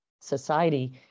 society